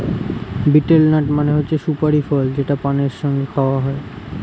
betel nut মানে হচ্ছে সুপারি ফল যেটা পানের সঙ্গে খাওয়া হয়